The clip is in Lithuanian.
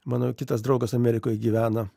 mano kitas draugas amerikoj gyvena